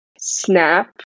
snap